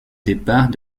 départ